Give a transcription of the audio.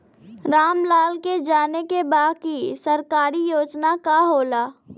राम लाल के जाने के बा की सरकारी योजना का होला?